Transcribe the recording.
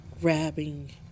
grabbing